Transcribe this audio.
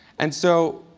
and so,